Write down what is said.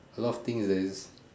a lot of things that are just